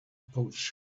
pouch